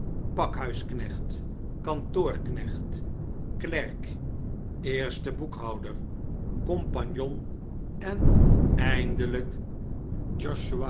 pakhuisknecht kantoorknecht klerk eerste boekhouder compagnon en eindelijk